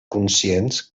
conscients